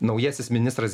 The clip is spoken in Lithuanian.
naujasis ministras